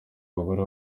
abagore